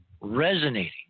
resonating